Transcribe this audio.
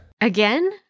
Again